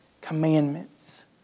commandments